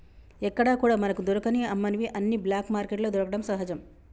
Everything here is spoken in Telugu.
ఎక్కడా కూడా మనకు దొరకని అమ్మనివి అన్ని బ్లాక్ మార్కెట్లో దొరకడం సహజం